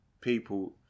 People